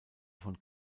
von